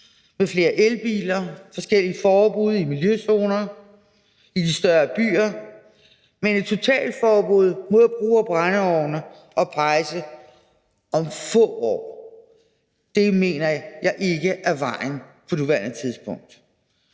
med flere elbiler, forskellige forbud og miljøzoner i de større byer. Men et totalforbud mod brug af brændeovne og pejse om få år mener jeg ikke er vejen frem på nuværende tidspunkt.